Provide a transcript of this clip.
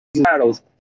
battles